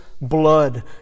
blood